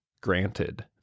Granted